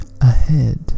Ahead